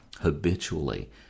habitually